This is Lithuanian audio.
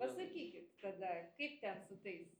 pasakykit tada kaip ten su tais